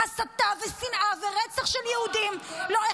הסתה ושנאה ורצח של יהודים -- לא,